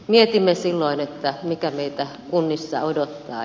mietimme silloin mikä meitä kunnissa odottaa